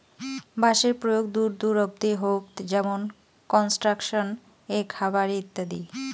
বাঁশের প্রয়োগ দূর দূর অব্দি হউক যেমন কনস্ট্রাকশন এ, খাবার এ ইত্যাদি